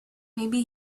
maybe